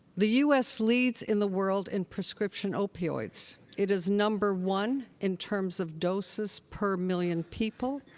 the us leads in the world in prescription opioids. it is number one in terms of doses per million people.